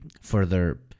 further